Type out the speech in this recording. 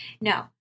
no